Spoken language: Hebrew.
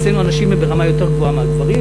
אצלנו הנשים הן ברמה יותר גבוהה מהגברים,